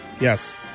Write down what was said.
Yes